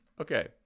Okay